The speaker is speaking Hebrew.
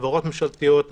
חברות ממשלתיות,